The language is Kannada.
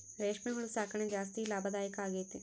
ರೇಷ್ಮೆ ಹುಳು ಸಾಕಣೆ ಜಾಸ್ತಿ ಲಾಭದಾಯ ಆಗೈತೆ